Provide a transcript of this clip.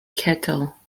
kettle